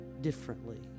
differently